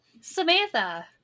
samantha